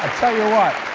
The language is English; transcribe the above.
ah tell you what,